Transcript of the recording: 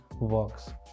works